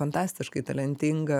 fantastiškai talentingą